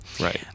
Right